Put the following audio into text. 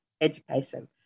education